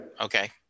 okay